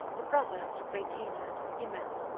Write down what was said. the brother of the great tenor, he met,